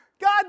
God